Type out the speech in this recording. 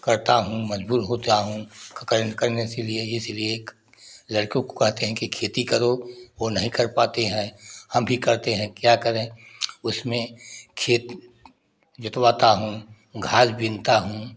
करता हूँ मजबूर होता हूँ करने से लिए इसीलिए लड़कों को कहते हैं कि खेती करो वो नहीं कर पाते हैं हम भी करते हैं क्या करें उसमें खेत जोतवाता हूँ खर बीनता हूँ